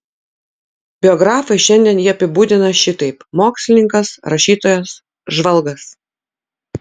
biografai šiandien jį apibūdina šitaip mokslininkas rašytojas žvalgas